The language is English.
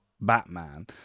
Batman